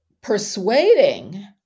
persuading